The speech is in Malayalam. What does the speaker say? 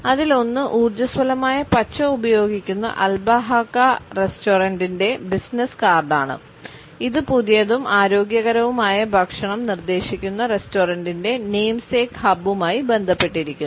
അതിലൊന്ന് ഊർജ്ജസ്വലമായ പച്ച ഉപയോഗിക്കുന്ന അൽബഹാക്ക റെസ്റ്റോറന്റിൻറെ ബിസിനസ്സ് കാർഡാണ് ഇത് പുതിയതും ആരോഗ്യകരവുമായ ഭക്ഷണം നിർദ്ദേശിക്കുന്ന റെസ്റ്റോറന്റിന്റെ നെയിംസേക്ക് ഹബുമായി ബന്ധപ്പെട്ടിരിക്കുന്നു